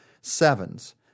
Sevens